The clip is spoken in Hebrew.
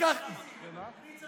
לקחתם, מי זה זאב ניסים?